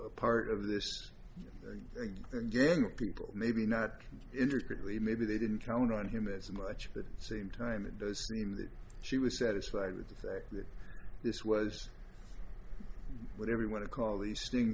a part of this gang of people maybe not interested lee maybe they didn't count on him as much the same time it does seem that she was satisfied with the fact that this was what everyone to call the sting